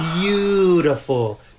beautiful